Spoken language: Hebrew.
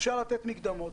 אפשר לתת מקדמות.